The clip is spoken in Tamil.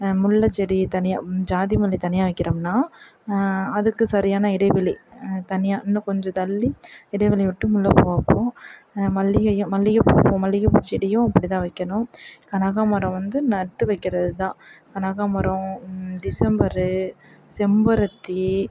முல்லைச்செடி தனியாக ஜாதிமல்லி தனியாக வைக்கிறோம்னா அதுக்குச் சரியான இடைவெளி தனியாக இன்னும் கொஞ்சம் தள்ளி இடைவெளி விட்டு முல்லைப்பூ வைப்போம் மல்லிகையும் மல்லிகைப்பூ வைப்போம் மல்லிகைப்பூ செடியும் அப்படி தான் வைக்கணும் கனகாமரம் வந்து நட்டு வைக்கறது தான் கனகாமரம் டிசம்பரு செம்பருத்தி